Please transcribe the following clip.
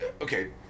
Okay